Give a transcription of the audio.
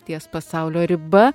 ties pasaulio riba